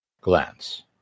glance